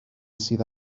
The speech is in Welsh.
sydd